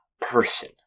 person